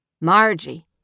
Margie